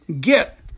get